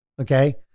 okay